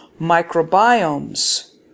microbiomes